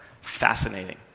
fascinating